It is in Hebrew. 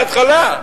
בהתחלה,